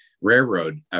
railroad